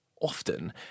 often